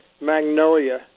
magnolia